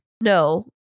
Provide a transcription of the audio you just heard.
No